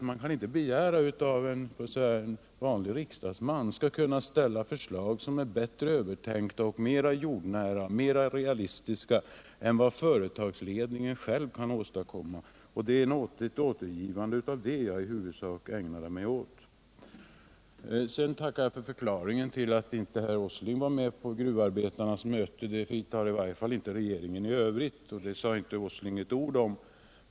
Man kan inte begära att en vanlig riksdagsman skall kunna ställa förslag som är bättre övertänkta och mera jordnära, mera realistiska än vad en företagsledning själv kan åstadkomma — och det är vad jag i huvudsak ägnade mig åt. Sedan tackar jag för förklaringen till att inte herr Åsling var med på gruvarbetarnas möte. Det var inte heller någon annan från regeringen, och det sade inte herr Åsling ett ord om.